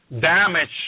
damage